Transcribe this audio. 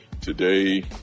Today